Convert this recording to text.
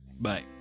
bye